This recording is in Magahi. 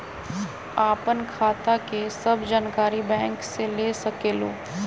आपन खाता के सब जानकारी बैंक से ले सकेलु?